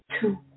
two